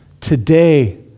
Today